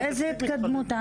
על איזו התקדמות אתה מדבר?